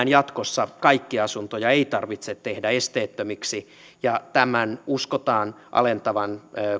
jatkossa kaikkia asuntoja ei tarvitse tehdä esteettömiksi ja tämän uskotaan alentavan